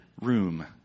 room